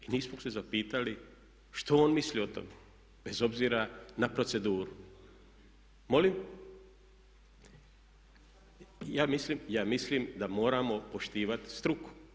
I nismo se zapitali što on misli o tome, bez obzira na proceduru. … [[Upadica se ne razumije.]] Molim? … [[Upadica se ne razumije.]] Ja mislim da moramo poštivati struku.